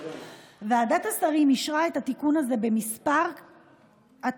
ועדת השרים אישרה את התיקון הזה בכמה התניות: